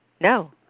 No